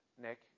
Nick